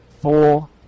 four